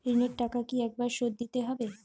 ঋণের টাকা কি একবার শোধ দিতে হবে?